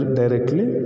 directly